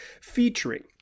featuring